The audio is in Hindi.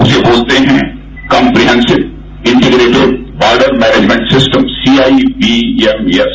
उसे बोलते हैं comprehensive integrated border management system CIBMS